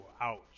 ouch